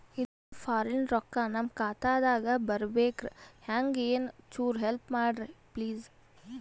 ಇದು ಫಾರಿನ ರೊಕ್ಕ ನಮ್ಮ ಖಾತಾ ದಾಗ ಬರಬೆಕ್ರ, ಹೆಂಗ ಏನು ಚುರು ಹೆಲ್ಪ ಮಾಡ್ರಿ ಪ್ಲಿಸ?